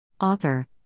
Author